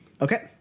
Okay